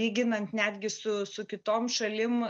yginant netgi su su kitom šalim